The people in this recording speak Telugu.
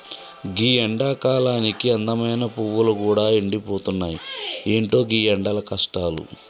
గీ ఎండకాలానికి అందమైన పువ్వులు గూడా ఎండిపోతున్నాయి, ఎంటో గీ ఎండల కష్టాలు